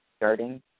starting